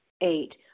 Eight